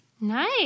Nice